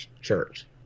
church